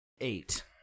Eight